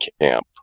camp